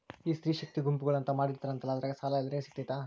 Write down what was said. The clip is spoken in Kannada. ಈ ಸ್ತ್ರೇ ಶಕ್ತಿ ಗುಂಪುಗಳು ಅಂತ ಮಾಡಿರ್ತಾರಂತಲ ಅದ್ರಾಗ ಸಾಲ ಎಲ್ಲರಿಗೂ ಸಿಗತೈತಾ?